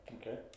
Okay